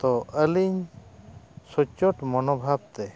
ᱛᱚ ᱟᱹᱞᱤᱧ ᱥᱚᱪᱚᱴ ᱢᱚᱱᱳᱵᱷᱟᱵᱽ ᱛᱮ